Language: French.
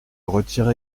retire